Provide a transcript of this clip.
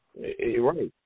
right